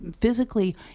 physically